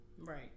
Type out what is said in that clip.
Right